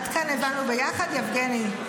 עד כאן הבנו ביחד, יבגני?